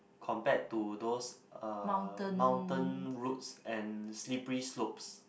compared to those uh mountain routes and slippery slopes